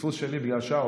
פספוס שלי בגלל שאול,